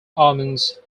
almonds